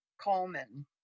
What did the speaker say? Coleman